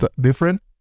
different